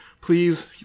Please